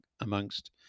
amongst